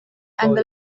angle